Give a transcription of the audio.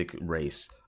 race